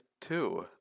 two